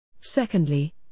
Secondly